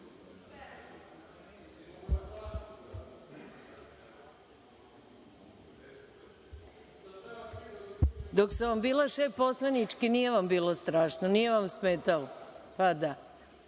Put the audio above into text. sam vam bila šef poslaničke nije vam bilo strašno, nije vam smetalo, a sada